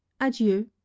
adieu